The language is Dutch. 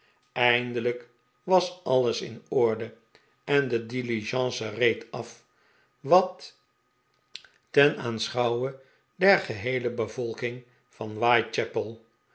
eindelijk was alles in orde en de diligence reed af ten aanschouwe der geheele bevolkingvan